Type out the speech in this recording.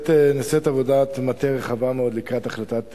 נעשית עבודת מטה רחבה מאוד לקראת החלטת ממשלה.